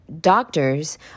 Doctors